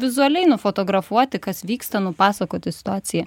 vizualiai nufotografuoti kas vyksta nupasakoti situaciją